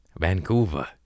Vancouver